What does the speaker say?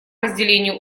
разделению